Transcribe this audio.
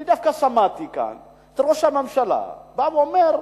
אני דווקא שמעתי כאן את ראש הממשלה אומר: